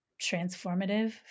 transformative